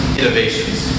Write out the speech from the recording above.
innovations